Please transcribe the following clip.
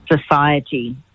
society